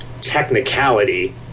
technicality